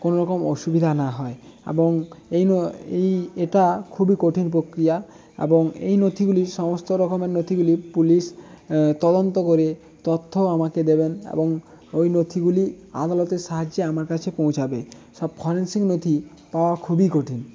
কোনো রকম অসুবিধা না হয় এবং এই নয় এই এটা খুবই কঠিন প্রক্রিয়া এবং এই নথিগুলির সমস্ত রকমের নথিগুলি পুলিশ তদন্ত করে তথ্য আমাকে দেবেন এবং ওই নথিগুলি আদালতের সাহায্যে আমার কাছে পৌঁছাবে সব ফরেন্সিং নথি পাওয়া খুবই কঠিন